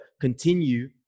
continue